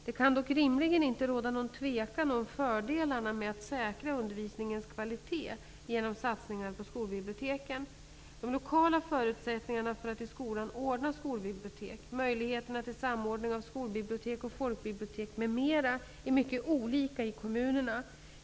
Det kan dock rimligen inte råda något tvivel om fördelarna med att säkra undervisningens kvalitet genom satsningar på skolbiblioteken. De lokala förutsättningarna för att i skolan ordna skolbibliotek, möjligheterna till samordning av skolbibliotek och folkbibliotek m.m. är mycket olika i kommunerna.